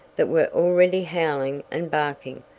that were already howling and barking,